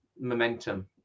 Momentum